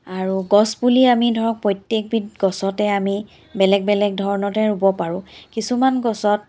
আৰু গছ পুলি আমি ধৰক প্ৰত্যেকবিধ গছতে আমি বেলেগ বেলেগ ধৰণতে ৰুব পাৰোঁ কিছুমান গছত